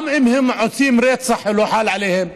גם אם הם עושים רצח הוא לא חל עליהם.